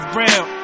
real